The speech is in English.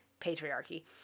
patriarchy